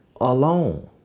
alone